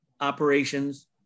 operations